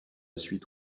suite